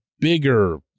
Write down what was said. bigger